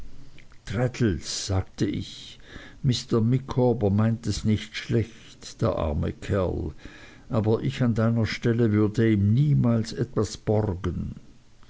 sagte ich mr micawber meint es nicht schlecht der arme kerl aber ich an deiner stelle würde ihm niemals etwas borgen